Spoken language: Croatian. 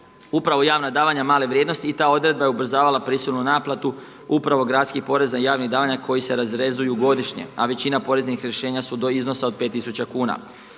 upravo javna davanja male vrijednosti, i ta odredba je ubrzavala prisilnu naplatu upravo gradskih poreza i javnih davanja koji se razrezuju godišnje, a većina poreznih rješenja su do iznosa od 5 tisuća